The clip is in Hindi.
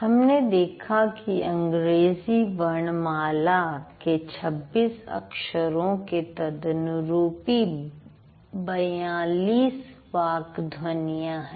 हमने देखा कि अंग्रेजी वर्णमाला के २६ अक्षरों के तदनुरूपी ४२ वाक् ध्वनियां हैं